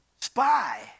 spy